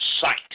sight